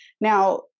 Now